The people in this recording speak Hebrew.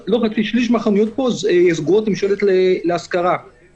חצי מהמלונות בישראל עדיין סגורים ולא נפתחו מאז חודש מרץ.